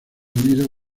unido